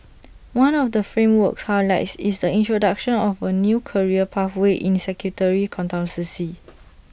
one of the framework's highlights is the introduction of A new career pathway in sectary consultancy